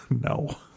No